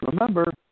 remember